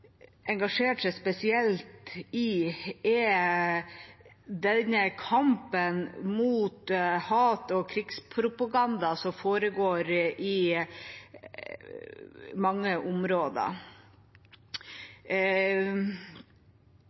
engasjert seg spesielt i, er kampen mot hat- og krigspropaganda som foregår i mange områder.